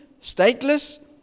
stateless